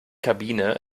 kabine